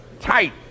tight